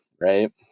right